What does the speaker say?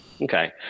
okay